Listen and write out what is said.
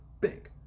big